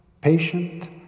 patient